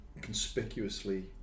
conspicuously